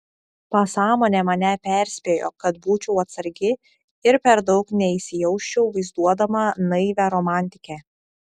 pasąmonė mane perspėjo kad būčiau atsargi ir per daug neįsijausčiau vaizduodama naivią romantikę